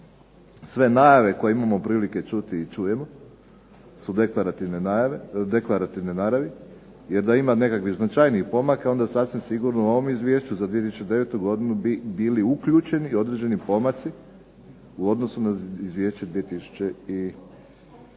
sve najave koje imamo prilike čuti i čujemo su deklarativne naravi, jer da ima nekakvih značajnijih pomaka onda sasvim sigurno u ovom izvješću za 2009. godinu bi bili uključeni i određeni pomaci u odnosu na izvješće 2008.